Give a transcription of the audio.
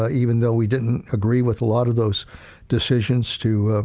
ah even though we didn't agree with a lot of those decisions to,